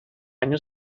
año